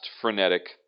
frenetic